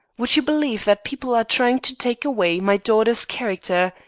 would you believe that people are trying to take away my daughter's character?